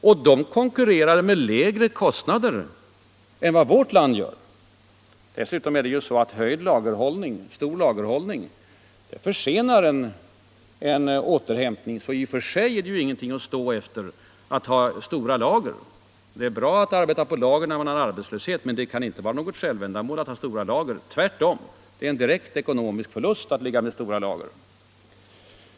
Och de konkurrerar med lägre kostnader än vad vårt land gör. Dessutom är det ju så att stor lagerhållning försenar en återhämtning. I och för sig är det därför ingenting att stå efter att ha stora lager. Det är bra att arbeta på lager när man har arbetslöshet, men det kan inte vara något självändamål att ha stora lager. Tvärtom, det innebär en direkt ekonomisk förlust att ligga med för stora lager.